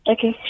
Okay